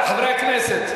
חבר הכנסת,